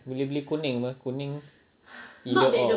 boleh beli kuning apa kuning ya